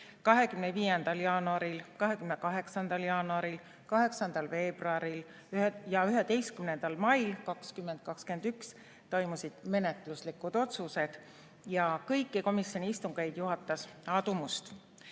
25. jaanuaril, 28. jaanuaril, 8. veebruaril ja 11. mail tehti menetluslikud otsused. Kõiki komisjoni istungeid juhatas Aadu Must.